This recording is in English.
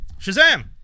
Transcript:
Shazam